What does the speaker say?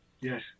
Yes